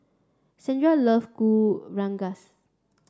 Sandra love Kuih Rengas